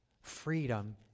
freedom